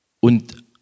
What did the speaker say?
und